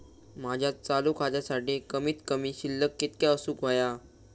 माझ्या चालू खात्यासाठी कमित कमी शिल्लक कितक्या असूक होया?